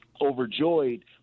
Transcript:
overjoyed